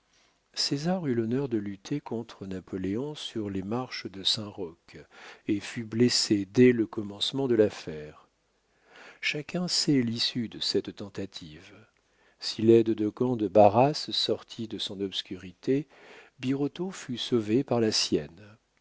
césar eut l'honneur de lutter contre napoléon sur les marches de saint-roch et fut blessé dès le commencement de l'affaire chacun sait l'issue de cette tentative si laide de camp de barras sortit de son obscurité birotteau fut sauvé par la sienne